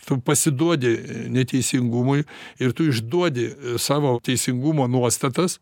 tu pasiduodi neteisingumui ir tu išduodi savo teisingumo nuostatas